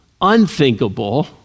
unthinkable